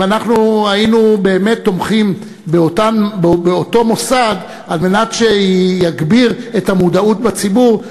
אם אנחנו היינו באמת תומכים באותו מוסד כדי שיגביר את המודעות בציבור,